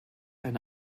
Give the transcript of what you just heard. eine